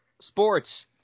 Sports